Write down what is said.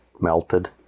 melted